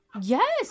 Yes